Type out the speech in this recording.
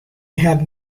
had